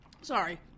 sorry